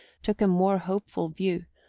took a more hopeful view,